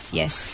yes